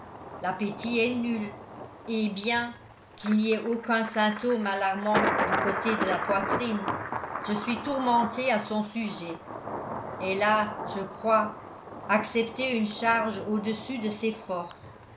l'appétit est nul et bien qu'il n'y ait aucun symptôme alarmant du côté de la poitrine je suis tourmenté à son sujet elle a je crois accepté une charge au-dessus de ses forces